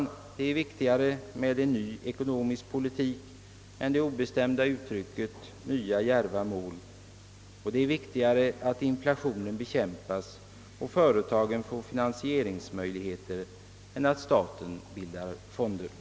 Det är viktigare med en ny ekonomisk politik än det obestämda uttrycket »nya djärva mål», och det är viktigare att inflationen bekämpas och företagen får finansieringsmöjligheter än att staten bildar fonder.